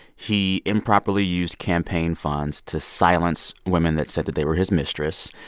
he improperly used campaign funds to silence women that said that they were his mistress.